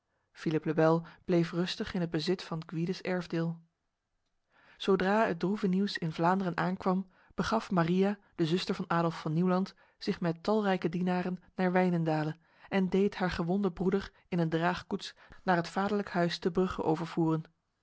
le bel bleef rustig in het bezit van gwydes erfdeel zodra het droeve nieuws in vlaanderen aankwam begaf maria de zuster van adolf van nieuwland zich met talrijke dienaren naar wijnendale en deed haar gewonde broeder in een draagkoets naar het vaderlijk huis te brugge